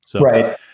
Right